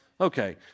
Okay